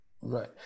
Right